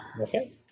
Okay